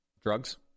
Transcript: drugs